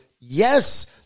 yes